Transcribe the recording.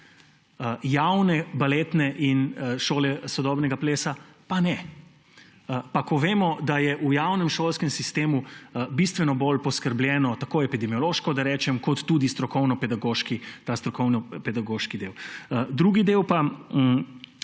javne baletne šole in šole sodobnega plesa pa ne? Pa vemo, da je v javnem šolskem sistemu bistveno bolje poskrbljeno za epidemiološki in tudi strokovno-pedagoški del. Drugi del pa